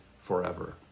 forever